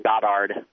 Goddard